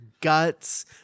guts